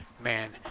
man